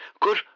good